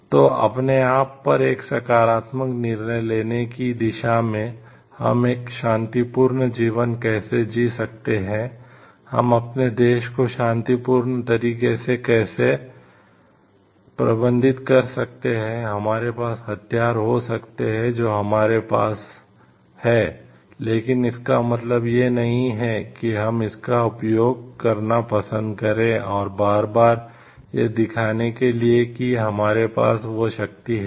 इसलिए अपने आप पर एक सकारात्मक निर्णय लेने की दिशा में हम एक शांतिपूर्ण जीवन कैसे जी सकते हैं हम अपने देश को शांतिपूर्ण तरीके से कैसे प्रबंधित कर सकते हैं हमारे पास हथियार हो सकते हैं जो हमारे पास हो सकते हैं लेकिन इसका मतलब यह नहीं है कि हम इसका उपयोग करना पसंद करते हैं बार बार यह दिखाने के लिए कि हमारे पास वह शक्ति है